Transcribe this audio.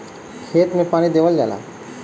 खेत मे पानी देवल जाला